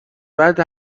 بعد